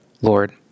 Lord